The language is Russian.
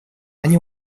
они